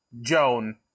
Joan